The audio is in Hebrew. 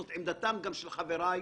זאת גם עמדתם של חבריי.